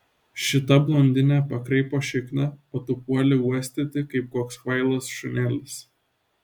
šita blondinė pakraipo šikną o tu puoli uostyti kaip koks kvailas šunelis